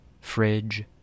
Fridge